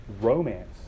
romance